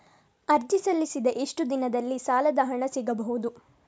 ಅರ್ಜಿ ಸಲ್ಲಿಸಿದ ಎಷ್ಟು ದಿನದಲ್ಲಿ ಸಾಲದ ಹಣ ಸಿಗಬಹುದು?